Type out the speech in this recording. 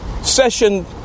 session